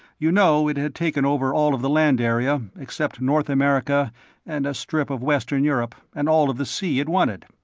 you know it had taken over all of the land area except north america and a strip of western europe, and all of the sea it wanted.